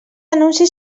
anunci